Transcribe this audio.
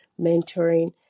mentoring